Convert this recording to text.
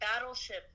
battleship